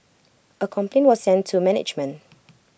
A complaint was sent to management